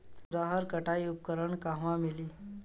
रहर कटाई उपकरण कहवा मिली?